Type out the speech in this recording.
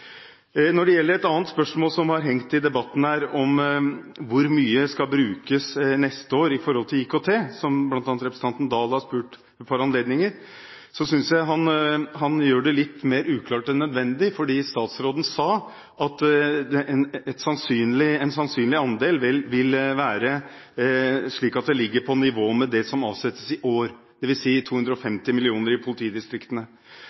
Når det gjelder spørsmålet om hvor mye som skal brukes neste år med tanke på IKT, som bl.a. representanten Oktay Dahl har spurt om ved et par anledninger, synes jeg han gjør det litt mer uklart enn nødvendig. Statsråden sa at en sannsynlig andel vil være slik at det ligger på nivå med det som avsettes i år,